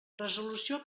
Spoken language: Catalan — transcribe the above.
resolució